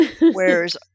whereas